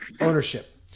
ownership